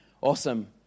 Awesome